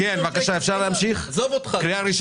60 מיליון שקל, עזוב אותך.